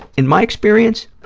in my experience,